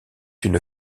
une